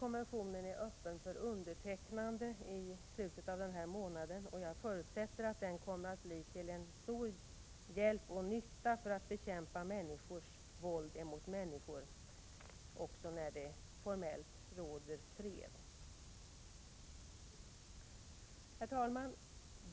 Konventionen är öppen för undertecknande i slutet av denna månad, och jag förutsätter att den kommer att bli till stor hjälp och nytta för att bekämpa människas våld mot människa också när det formellt råder fred. Herr talman!